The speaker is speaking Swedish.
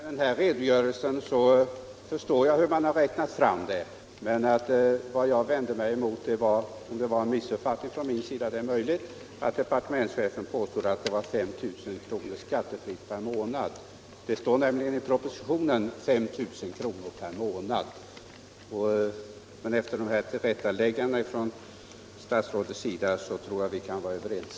Herr talman! Efter den här redogörelsen förstår jag hur beloppet räknats fram. Vad jag vände mig mot var — det är möjligt att det var en missuppfattning från min sida — att departementschefen påstod att ersättningen var 5 000 kr. skattefritt per månad. I propositionen talas det nämligen om 5 000 kr. per månad. Men efter detta tillrättaläggande av statsrådet tror jag vi kan vara överens.